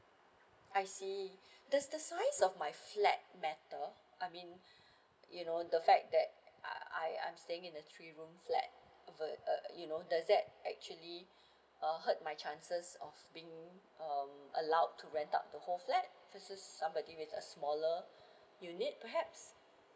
I see does the size of my flat matter I mean you know the fact that I I'm staying in a three room flat over uh you know does that actually uh hurt my chances of being um allowed to rent out the whole flat versus somebody with a smaller unit perhaps